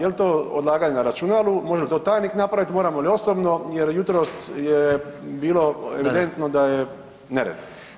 Je li to odlaganje na računalu, može to tajnik napraviti, moramo li osobno jer jutros je bilo evidentno da je nered.